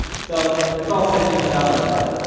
so, it's all segmented out like that.